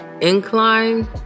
incline